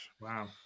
Wow